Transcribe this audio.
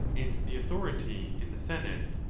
and the authority in the senate,